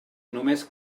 només